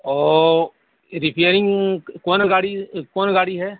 او repairing کون گاڑی کون گاڑی ہے